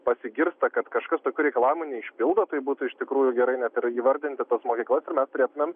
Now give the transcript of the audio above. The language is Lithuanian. pasigirsta kad kažkas tokių reikalavimų neišpildo tai būtų iš tikrųjų gerai net ir įvardinti tas mokyklas ir mes turėtumėm